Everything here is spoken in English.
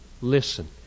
listen